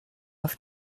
auf